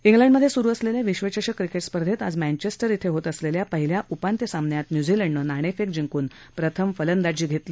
इंग्लंडमधे स्रु असलेल्या विश्चचषक क्रिकेट स्पर्धेत आज मँचेस्टर इथं होत असलेल्या पहिल्या उपांत्य सामन्यात न्यूझीलंडनं नाणेफेक जिंकून प्रथम फलदांजी घेतली